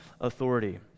authority